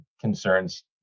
concerns